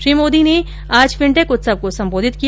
श्री मोदी ने आज फिन्टेक उत्सव को संबोधित किया